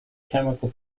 chemical